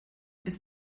ist